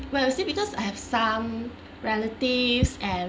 well see because I have some relatives and